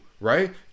right